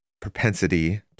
propensity